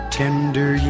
tender